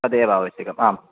तदेव आवश्यकम् आम्